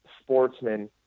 sportsmen